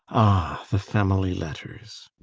ah, the family letters